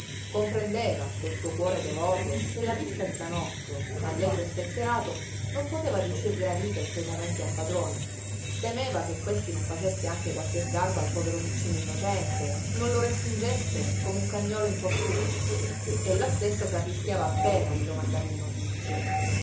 comprendeva col suo cuore devoto che la vista di tanotto allegro e spensierato non poteva riuscir gradita in quei momenti al padrone temeva che questi non facesse anche qualche sgarbo al povero piccino innocente non lo respingesse come un cagnolo importuno ella stessa s'arrischiava appena di domandargli notizie